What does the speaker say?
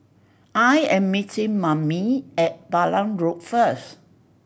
I am meeting Mammie at Balam Road first